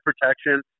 protection